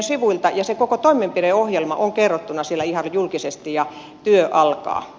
se koko toimenpideohjelma on kerrottuna siellä ihan julkisesti ja työkalua